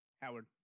Howard